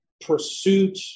pursuit